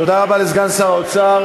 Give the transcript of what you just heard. תודה רבה לסגן שר האוצר.